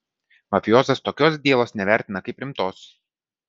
mafijozas tokios dielos nevertina kaip rimtos